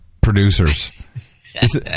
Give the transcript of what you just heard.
producers